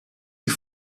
die